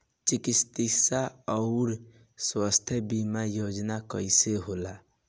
चिकित्सा आऊर स्वास्थ्य बीमा योजना कैसे होला?